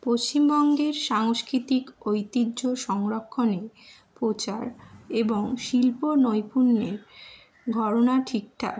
পশ্চিমবঙ্গের সাংস্কৃতিক ঐতিহ্য সংরক্ষণে প্রচার এবং শিল্প নৈপুণ্যের ঘরানা ঠিকঠাক